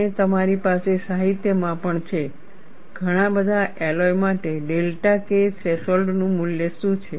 અને તમારી પાસે સાહિત્યમાં પણ છે ઘણા બધા એલોય માટે ડેલ્ટા K થ્રેશોલ્ડનું મૂલ્ય શું છે